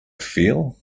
feel